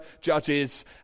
Judges